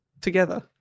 together